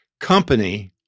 company